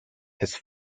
his